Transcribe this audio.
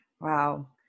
Wow